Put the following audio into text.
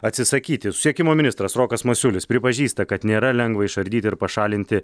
atsisakyti susisiekimo ministras rokas masiulis pripažįsta kad nėra lengva išardyti ir pašalinti